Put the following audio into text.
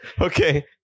Okay